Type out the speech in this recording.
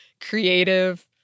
creative